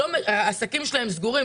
העסקים שלהם סגורים,